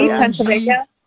Pennsylvania